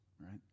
right